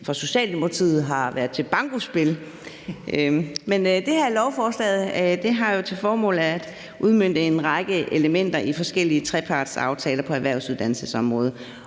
fra Socialdemokratiet har været til bankospil. Det her lovforslag har til formål at udmønte en række elementer i forskellige trepartsaftaler på erhvervsuddannelsesområdet,